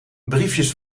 briefjes